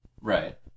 Right